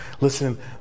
Listen